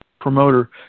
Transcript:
promoter